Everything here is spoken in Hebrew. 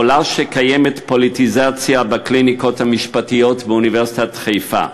עולה שקיימת פוליטיזציה בקליניקות המשפטיות באוניברסיטת חיפה.